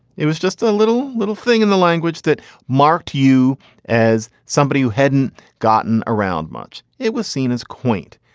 it was just a little little thing in the language that marked you as somebody who hadn't gotten around much. it was seen as quaint.